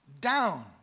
down